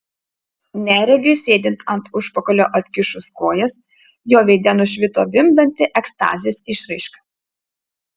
neregiui sėdint ant užpakalio atkišus kojas jo veide nušvito vimdanti ekstazės išraiška